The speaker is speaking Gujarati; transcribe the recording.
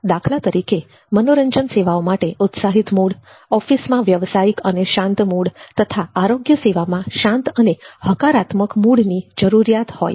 દાખલા તરીકે મનોરંજન સેવાઓ માટે ઉત્સાહિત મૂડ ઓફિસમાં વ્યવસાયિક અને શાંત મૂડ તથા આરોગ્ય સેવામાં શાંત અને હકારાત્મક મૂડની જરૂરિયાત હોય છે